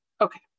Okay